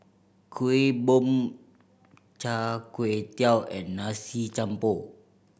Kuih Bom Char Kway Teow and Nasi Campur